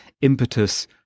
impetus